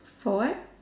for what